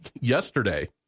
yesterday